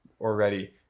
already